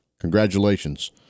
Congratulations